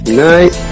night